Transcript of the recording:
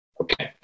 Okay